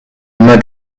immer